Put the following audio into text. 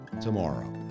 tomorrow